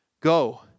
Go